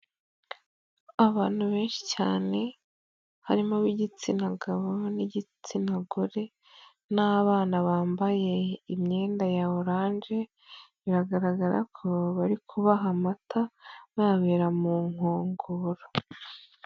Abantu benshi cyane harimo ab'igitsina gabo n'igitsina gore n'abana bambaye imyenda ya oranje biragaragara ko bari kubaha amata bayabahera mu nkongoro.